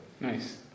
Nice